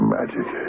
Magic